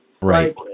Right